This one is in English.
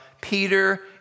Peter